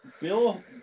Bill